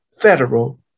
federal